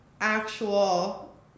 actual